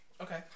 Okay